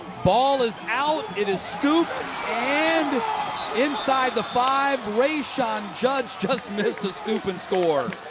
ball is out. it is scooped and inside the five. rayshon judge just missed a scoop and score.